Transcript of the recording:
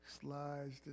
slides